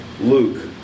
Luke